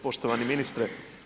Poštovani ministre.